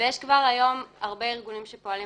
ויש כבר היום הרבה ארגונים שפועלים